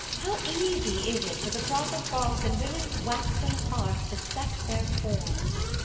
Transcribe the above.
how easy is it for the proper-false in women's waxen hearts to set their forms!